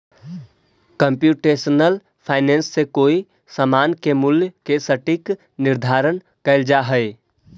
computational finance से कोई समान के मूल्य के सटीक निर्धारण कैल जा हई